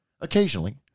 occasionally